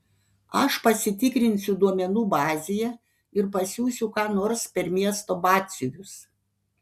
aš pasitikrinsiu duomenų bazėje ir pasiųsiu ką nors per miesto batsiuvius